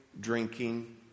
drinking